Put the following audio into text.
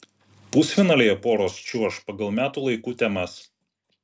pusfinalyje poros čiuoš pagal metų laikų temas